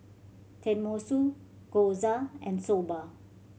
Tenmusu Gyoza and Soba